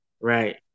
Right